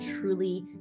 truly